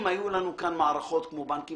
אם היו לנו כאן מערכות כמו בנקים